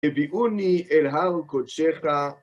הביאוני אל הר קודשך.